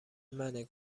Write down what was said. منه